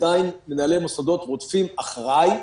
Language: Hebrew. עדיין מנהלי מוסדות רודפים אחריי,